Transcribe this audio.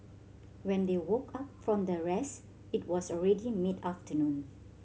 when they woke up from their rest it was already mid afternoon